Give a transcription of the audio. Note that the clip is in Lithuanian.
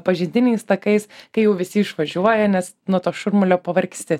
pažintiniais takais kai jau visi išvažiuoja nes nuo to šurmulio pavargsti